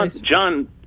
John